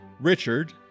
Richard